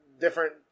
different